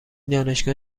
دانشگاه